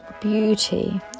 beauty